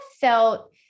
felt